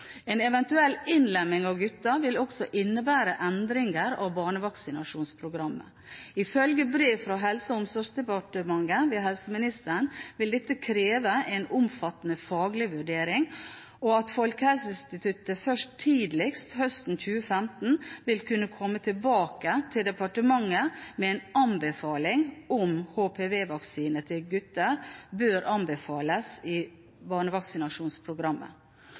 En eventuell innlemming av guttene vil også innebære endringer av barnevaksinasjonsprogrammet. Ifølge brev fra Helse- og omsorgsdepartementet, via helseministeren, vil dette kreve en omfattende faglig vurdering, og Folkehelseinstituttet vil først tidligst høsten 2015 kunne komme tilbake til departementet med en anbefaling om HPV-vaksine til gutter bør anbefales i barnevaksinasjonsprogrammet.